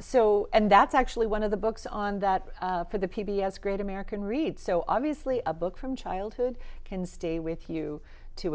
so and that's actually one of the books on that for the p b s great american read so obviously a book from childhood can stay with you to